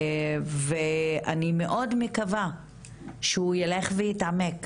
ואני מאד מקווה שהוא יילך ויעמיק,